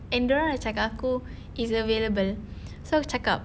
and dia orang sudah cakap aku it's available so aku cakap